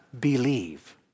believe